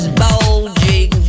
bulging